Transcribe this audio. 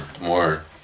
more